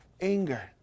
anger